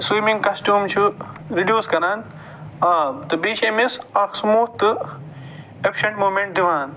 swimming costume چھُ reduce کران آب تہٕ بیٚیہِ چھِ أمِس اکھ سٔموٗتھ تہٕ اٮ۪فِشَنٹ موٗمٮ۪نٹ دِوان